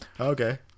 Okay